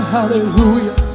Hallelujah